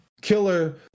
killer